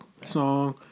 song